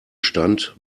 stand